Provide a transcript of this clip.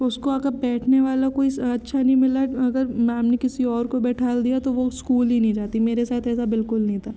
उसको अगर बैठने वाला कोई अच्छा नहीं मिला अगर मैम ने किसी और को बिठा दिया तो वो ईस्कूल ही नहीं जाती मेरे साथ ऐसा बिल्कुल नहीं था